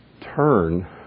turn